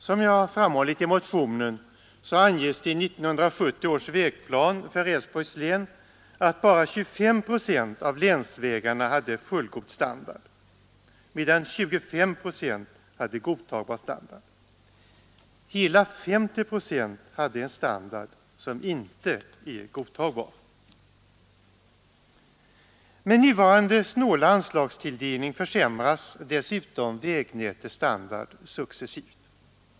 Som jag framhållit i min motion anges i 1970 års vägplan för Älvsborgs län att bara 25 procent av länsvägarna hade fullgod standard och 25 procent hade godtagbar standard. Hela 50 procent hade en standard som inte är godtagbar. Med nuvarande snåla anslagstilldelning försämras dessutom vägnätets standard successivt.